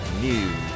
News